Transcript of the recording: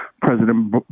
President